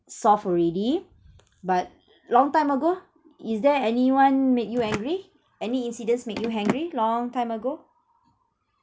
solved already but long time ago is there anyone make you angry any incidents make you angry long time ago